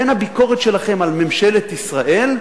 בין הביקורת שלכם על ממשלת ישראל,